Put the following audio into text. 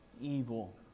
evil